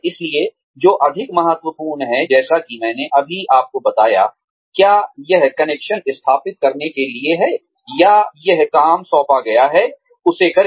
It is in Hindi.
इसलिए जो अधिक महत्वपूर्ण है जैसे कि मैंने अभी आपको बताया है क्या यह कनेक्शन स्थापित करने के लिए है या यह काम सौंपा गया है उसे करें